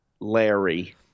Larry